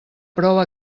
prova